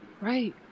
Right